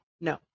No